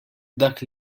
dak